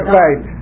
right